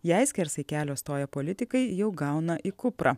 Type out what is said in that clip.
jai skersai kelio stoję politikai jau gauna į kuprą